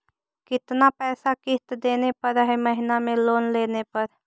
कितना पैसा किस्त देने पड़ है महीना में लोन लेने पर?